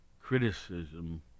criticism